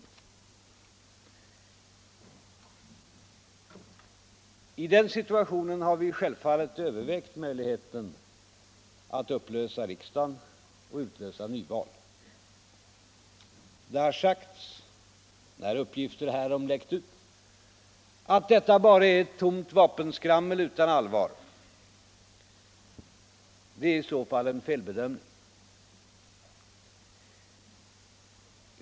I den situationen har vi självfallet övervägt möjligheten att upplösa riksdagen och utlysa nyval. Det har sagts, när uppgifter härom läckt ut, att detta bara är ett tomt vapenskrammel utan något allvar bakom. Det är i så fall en felbedömning.